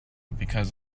because